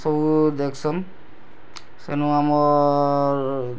ସବୁ ଦେଖ୍ସନ୍ ସେନୁ ଆମର୍